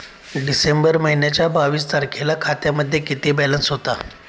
डिसेंबर महिन्याच्या बावीस तारखेला खात्यामध्ये किती बॅलन्स होता?